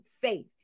faith